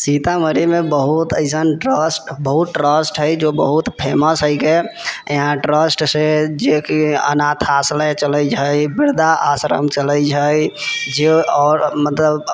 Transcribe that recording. सीतामढ़ीमे बहुत ऐसन ट्रस्ट बहुत ट्रस्ट हइ जे बहुत फेमस हइके यहाँ ट्रस्टसँ जेकि अनाथ आश्रय चलै छै एक वृद्धा आश्रम चलै छै जे आओर मतलब